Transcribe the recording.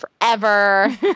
forever